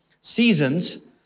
Seasons